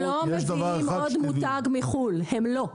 הם לא מביאים עוד מותג מחו"ל, הם לא.